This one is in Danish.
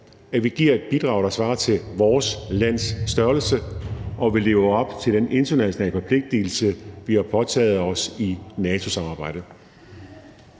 at vi giver et bidrag, der svarer til vores lands størrelse, og at vi lever op til den internationale forpligtigelse, vi har påtaget os i NATO-samarbejdet.